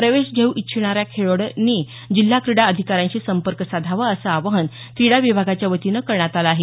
प्रवेश घेऊ इच्छिणाऱ्या खेळाडूंनी जिल्हा क्रीडा अधिकाऱ्यांशी संपर्क साधावा असं आवाहन क्रीडा विभागाच्या वतीनं करण्यात आलं आहे